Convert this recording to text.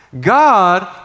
God